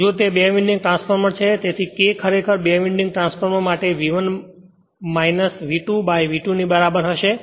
જો તે બે વિન્ડિંગ ટ્રાન્સફોર્મર છે તેથી K ખરેખર બે વિન્ડિંગ ટ્રાન્સફોર્મર માટે V1 V2 by V2 ની બરાબર હશે